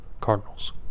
cardinals